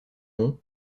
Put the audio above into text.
nom